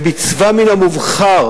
מצווה מן המובחר